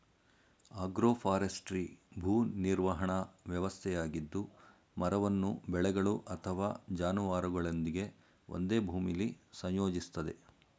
agroforestry ಭೂ ನಿರ್ವಹಣಾ ವ್ಯವಸ್ಥೆಯಾಗಿದ್ದು ಮರವನ್ನು ಬೆಳೆಗಳು ಅಥವಾ ಜಾನುವಾರುಗಳೊಂದಿಗೆ ಒಂದೇ ಭೂಮಿಲಿ ಸಂಯೋಜಿಸ್ತದೆ